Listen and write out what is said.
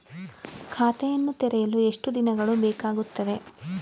ಖಾತೆಯನ್ನು ತೆರೆಯಲು ಎಷ್ಟು ದಿನಗಳು ಬೇಕಾಗುತ್ತದೆ?